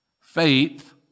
Faith